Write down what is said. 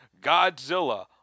Godzilla